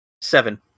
Seven